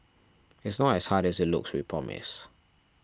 it's not as hard as it looks we promise